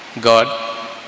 God